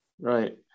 Right